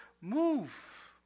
move